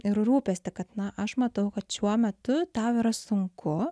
ir rūpestį kad na aš matau kad šiuo metu tau yra sunku